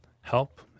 help